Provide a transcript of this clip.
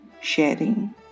sharing